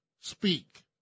speak